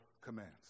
commands